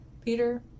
Peter